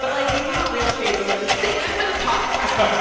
but like, we do it real shaded. we're like, save it for the podcast,